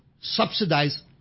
subsidize